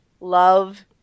love